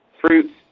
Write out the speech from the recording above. fruits